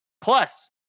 Plus